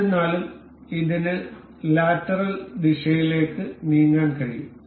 എന്നിരുന്നാലും ഇതിന് ലാറ്ററൽ ദിശയിലേക്ക് നീങ്ങാൻ കഴിയും